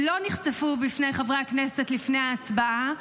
שלא נחשפו בפני חברי הכנסת לפני ההצבעה.